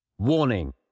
Warning